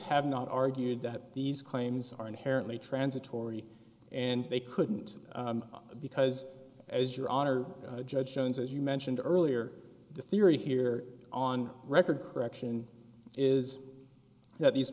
have not argued that these claims are inherently transitory and they couldn't because as your honor judge jones as you mentioned earlier the theory here on record correction is that these